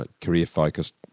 career-focused